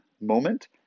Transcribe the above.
moment